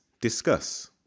Discuss